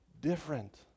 different